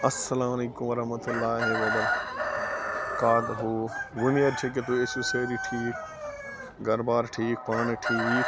اَلسلام علیکم ورحمتہ اللہ وبر کاتہٗ اُمید چھ کہِ تُہۍ ٲسِو سٲری ٹھیٖک گھرٕ بار ٹھیٖک پانہٕ ٹھیٖک